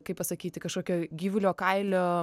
kaip pasakyti kažkokio gyvulio kailio